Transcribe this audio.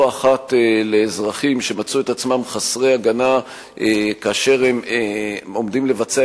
אחת לאזרחים שמצאו את עצמם חסרי הגנה כאשר הם עומדים לבצע